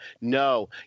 No